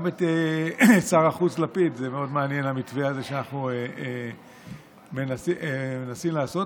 גם את שר החוץ לפיד מאוד מעניין המתווה הזה שאנחנו מנסים לעשות,